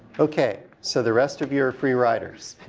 okay, so the rest of you are free riders.